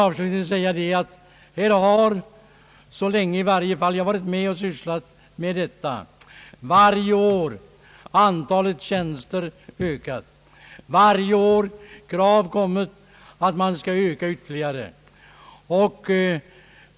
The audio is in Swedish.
Avslutningsvis vill jag säga att i varje fall så länge som jag har varit med och sysslat med detta har varje år antalet tjänster ökat, och varje år har krav kommit att man skall öka ytterligare.